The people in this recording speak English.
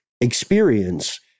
experience